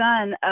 son